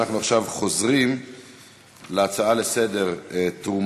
עכשיו אנחנו חוזרים להצעות לסדר-היום